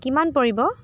কিমান পৰিব